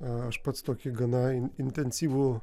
aš pats tokį gana in intensyvų